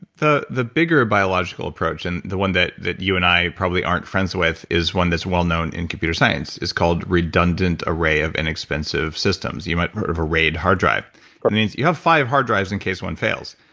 the the bigger biological approach and the one that that you and i probably aren't friends with is one that's well-known in computer science. it's called redundant array of inexpensive systems. you might have sort of arrayed hard drive. that means you have five hard drives in case one fails,